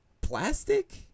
Plastic